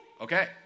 Okay